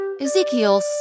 Ezekiel